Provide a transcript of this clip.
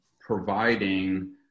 providing